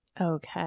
Okay